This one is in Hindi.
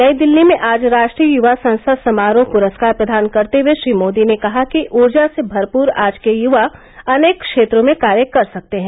नई दिल्ली में आज राष्ट्रीय युवा संसद समारोह पुरस्कार प्रदान करते हुए श्री मोदी ने कहा कि ऊर्जा से भरपूर आज के युवा अनेक क्षेत्रों में कार्य कर सकते हैं